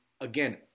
again